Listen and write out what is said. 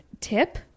tip